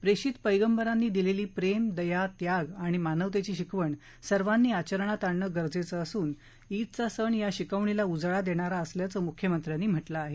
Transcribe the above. प्रेषित पैगंबरांनी दिलेली प्रेम दया त्याग आणि मानवतेची शिकवण सर्वांनी आचरणात आणणं गरजेचं असून ईदचा सण या शिकवणीला उजाळा देणारा असल्याचं मुख्यमंत्र्यांनी म्हटलं आहे